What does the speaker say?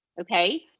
Okay